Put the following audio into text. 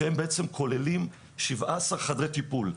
שהם בעצם כוללים 17 חדרי טיפול.